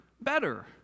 better